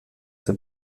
der